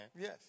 Yes